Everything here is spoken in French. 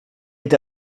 est